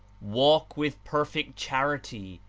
walk with perfect charity,